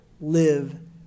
live